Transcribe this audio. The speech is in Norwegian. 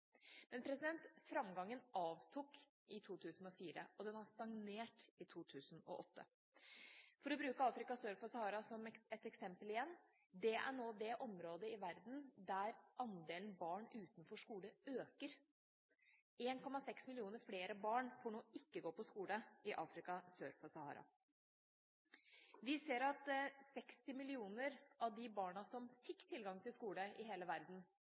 Men framgangen avtok i 2004, og den stagnerte i 2008. For å bruke Afrika sør for Sahara som ett eksempel igjen: Det er nå det området i verden der andelen barn utenfor skole øker – 1,6 millioner flere barn får nå ikke gå på skole i Afrika sør for Sahara. Vi ser at 60 millioner av de barna i hele verden som fikk tilgang til skole,